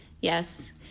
Yes